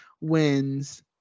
wins